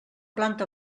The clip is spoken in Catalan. planta